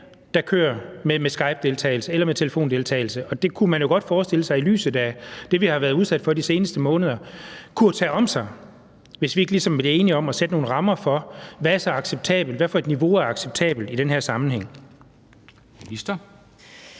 der kører med skypedeltagelse eller med telefondeltagelse. Og det kunne man jo godt forestille sig – i lyset af det, vi har været udsat for de seneste måneder – kunne gribe om sig, hvis vi ikke ligesom bliver enige om at sætte nogle rammer for, hvilket niveau der er acceptabelt i den her sammenhæng.